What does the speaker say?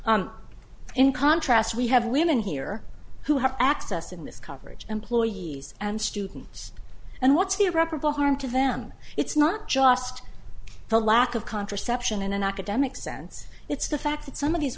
me in contrast we have women here or who have access in this coverage employees and students and what's the irreparable harm to them it's not just the lack of contraception in an academic sense it's the fact that some of these